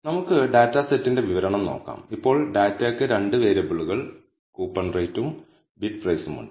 നമുക്ക് ഡാറ്റാസെറ്റിന്റെ വിവരണം നോക്കാം ഇപ്പോൾ ഡാറ്റയ്ക്ക് 2 വേരിയബിളുകൾ കൂപ്പൺ റേറ്റും ബിഡ് പ്രൈസും ഉണ്ട്